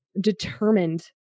determined